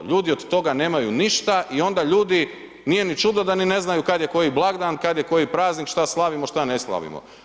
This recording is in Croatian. Ljudi od toga nemaju ništa i onda ljudi nije ni čudo da ni ne znaju kad je koji blagdan, kad je koji praznik šta slavimo, šta ne slavimo.